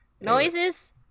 Noises